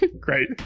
Great